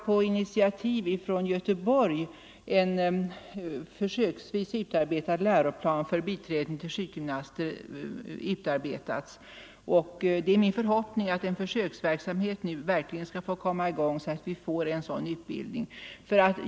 På initiativ från Göteborg har nu en läroplan för biträden till sjukgymnaster försöksvis utarbetats. Det är min förhoppning att försöksverksamhet nu verkligen skall komma i gång, så att vi får en sådan utbildning.